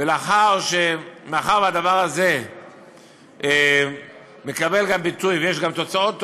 ומאחר שהדבר הזה מקבל ביטוי ויש גם תוצאות טובות,